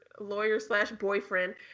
lawyer-slash-boyfriend